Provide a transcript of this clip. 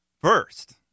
First